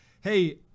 Hey